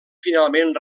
finalment